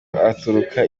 aturuka